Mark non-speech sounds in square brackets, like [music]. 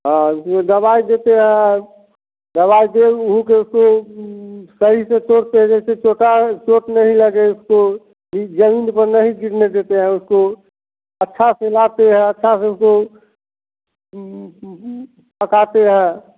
हाँ उसमें दवाई देते हैं दवाई दे ऊ के उसको सही से तोड़ते है जैसे चोटाह चोट नहीं लगे उसको जी जमीन पे नहीं गिरने देते हैं उसको अच्छा से लाते हैं अच्छा से उसको [unintelligible] पकाते हैं